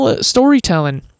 storytelling